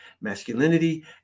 masculinity